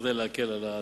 כדי להקל על הציבור.